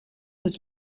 was